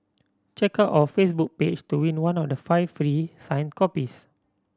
check out our Facebook page to win one of the five free signed copies